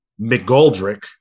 McGoldrick